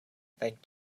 thank